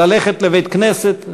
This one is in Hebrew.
ללכת לבית-כנסת,